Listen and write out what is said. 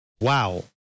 wow